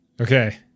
Okay